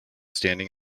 standing